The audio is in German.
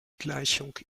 gleichung